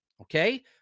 okay